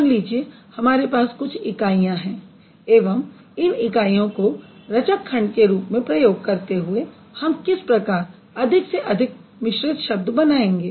मान लीजिये हमारे पास कुछ इकाइयां हैं एवं इन इकाइयों को रचक खंडों के रूप में प्रयोग करते हुए हम किस प्रकार अधिक से अधिक मिश्रित शब्द बनाएँगे